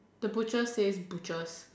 the butcher says butchers